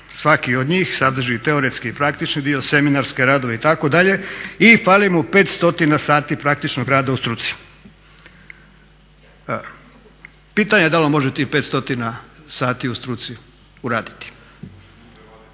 Svaki od njih sadrži teorijski i praktični dio, seminarske radove itd. i fali mu 500 sati praktičnog rada u struci. Pitanje je da li on može tih 500 sati u struci uraditi.